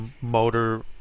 motor